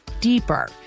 deeper